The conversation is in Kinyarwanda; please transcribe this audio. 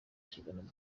kiganiro